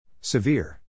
Severe